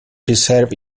reserve